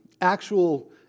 actual